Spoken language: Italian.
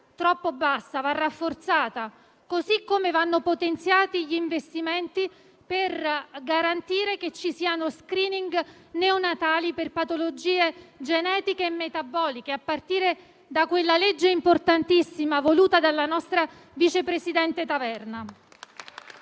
troppo bassa e va rafforzata, così come vanno potenziati gli investimenti per garantire che ci siano *screening* neonatali per patologie genetiche e metaboliche, a partire da quella legge importantissima voluta dalla nostra vice presidente Taverna.